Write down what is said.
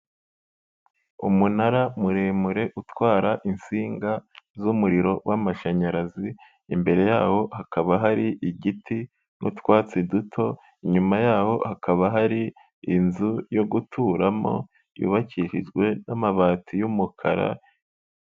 Umunara muremure utwara insinga z'umuriro w'amashanyarazi, imbere yawo hakaba hari igiti n'utwatsi duto, inyuma yaho hakaba hari inzu yo guturamo yubakishijwe n'amabati y'umukara.